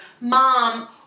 Mom